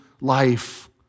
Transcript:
life